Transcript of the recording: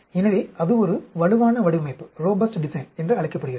எனவே அது ஒரு வலுவான வடிவமைப்பு என்று அழைக்கப்படுகிறது